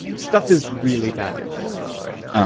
stuff is really bad in venezuela right now. i